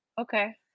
Okay